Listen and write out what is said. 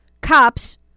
cops